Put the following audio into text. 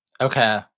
Okay